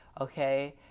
okay